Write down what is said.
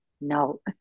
no